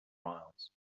miles